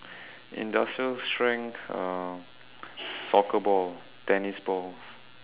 industrial strength uh soccer ball tennis ball